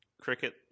Cricket